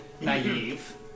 naive